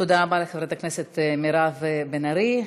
תודה רבה לחברת הכנסת מירב בן ארי,